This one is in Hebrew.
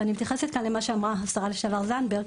ואני מתייחסת כאן למה שאמרה השרה לשעבר זנדברג,